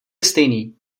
stejný